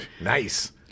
Nice